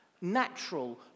natural